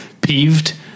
peeved